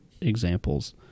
examples